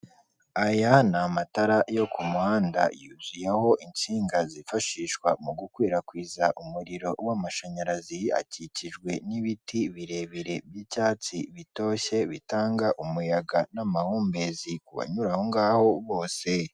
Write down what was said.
Aya ni amatara yo ku muhanda, yuzuyeho insinga zifashishwa mu gukwirakwiza umuriro w'amashanyarazi, akikijwe n'ibiti birebire by'icyatsi bitoshye bitanga umuyaga n'amahumbezi ku banyura aho ngaho bose.